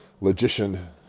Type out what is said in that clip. logician